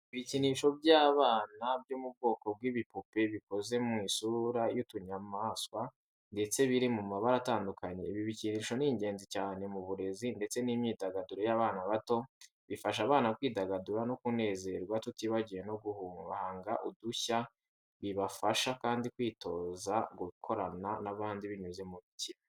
Ibikinisho by’abana byo mu bwoko bw'ibipupe bikoze mu isura y'utunyamaswa ndetse biri mu mabara atandukanye. Ibi bikinisho ni ingenzi cyane mu burezi ndetse n’imyidagaduro y’abana bato. Bifasha abana kwidagadura no kunezerwa tutibagiwe no guhanga udushya. Bibafasha kandi kwitoza gukorana n’abandi binyuze mu mikino.